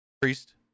Priest